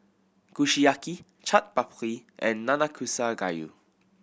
Kushiyaki Chaat Papri and Nanakusa Gayu